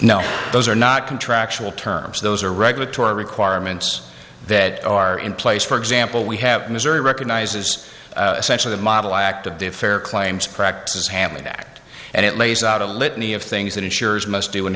no those are not contractual terms those are regulatory requirements that are in place for example we have missouri recognizes essentially the model act of the fair claims practices handling act and it lays out a litany of things that insurers must do and